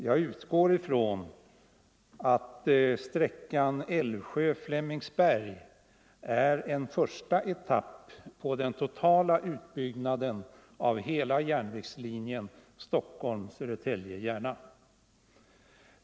Jag utgår från att sträckan Älvsjö-Flemingsberg är en första etapp på den totala utbyggnaden av järnvägslinjen Stockholm-Södertälje-Järna.